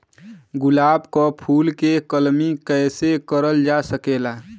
गुलाब क फूल के कलमी कैसे करल जा सकेला?